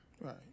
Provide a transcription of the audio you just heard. Right